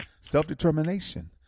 self-determination